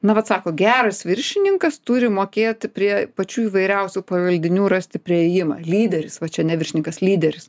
na vat sako geras viršininkas turi mokėt prie pačių įvairiausių pavaldinių rasti priėjimą lyderis va čia ne viršininkas lyderis